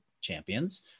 champions